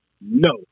No